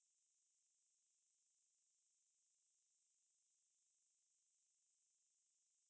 ya but err the K_P home got room number that is helpful lah in a way